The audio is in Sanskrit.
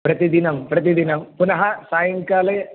प्रतिदिनं प्रतिदिनं पुनः सायङ्काले